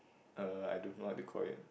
uh I don't know what they call it